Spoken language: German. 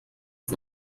ist